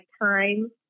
time